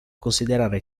considerare